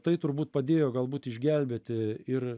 tai turbūt padėjo galbūt išgelbėti ir